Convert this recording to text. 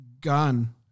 Gun